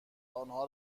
آنها